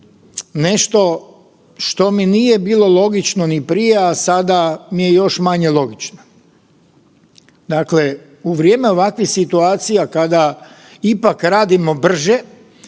nešto što mi nije logično ni prije, a sada mi je još manje logično. Dakle, u vrijeme ovakvih situacija kada ipak radimo brže,